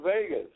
Vegas